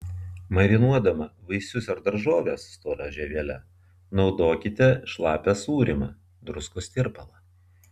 marinuodama vaisius ar daržoves stora žievele naudokite šlapią sūrymą druskos tirpalą